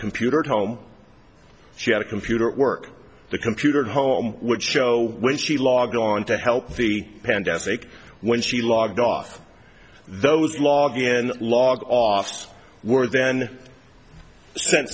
computer at home she had a computer at work the computer at home would show when she logged on to help the pandemic when she logged off those log in log offs were then sent